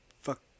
Fuck